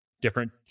Different